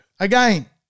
Again